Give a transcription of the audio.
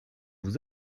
vous